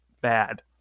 bad